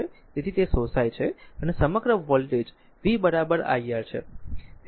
તેથી તે શોષાય છે અને સમગ્ર વોલ્ટેજ v v iR છે